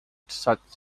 such